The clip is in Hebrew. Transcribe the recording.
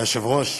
היושב-ראש,